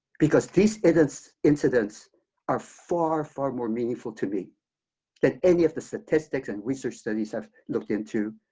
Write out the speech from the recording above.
because these incidents incidents are far, far more meaningful to me than any of the statistics and research studies i've looked into.